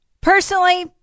Personally